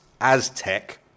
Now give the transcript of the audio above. Aztec